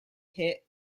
hit